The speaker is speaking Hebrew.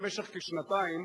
במשך כשנתיים,